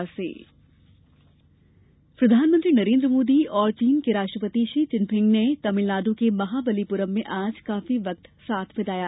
महाबलिपुरम प्रधानमंत्री नरेंद्र मोदी और चीन के राष्ट्रपति शी चिनपिंग ने तमिलानडु के महाबलिपुरम में आज काफी वक्त साथ बिताया